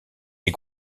des